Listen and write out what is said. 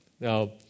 Now